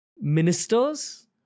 ministers